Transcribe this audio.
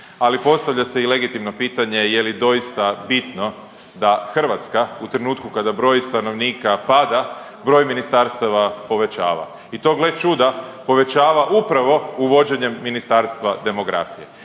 ali postavlja se i legitimno pitanje je li doista bitno da Hrvatska u trenutku kada broj stanovnika pada, broj ministarstava povećava. I to gle čuda povećava upravo uvođenjem Ministarstva demografije.